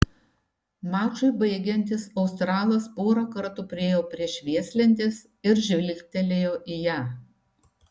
mačui baigiantis australas porą kartų priėjo prie švieslentės ir žvilgtelėjo į ją